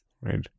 right